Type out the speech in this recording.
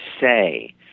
say